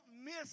miss